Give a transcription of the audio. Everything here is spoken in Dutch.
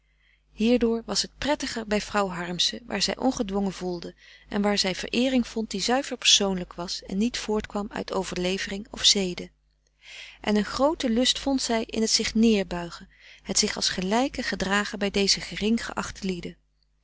hierdoor was t prettiger bij vrouw harmsen waar zij ongedwongen voelde en waar zij vereering vond die zuiver persoonlijk was en niet voortkwam uit overlevering of zede en een grooten lust vond zij in het zich neerbuigen het zich als gelijke gedragen bij deze gering geachte lieden